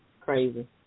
crazy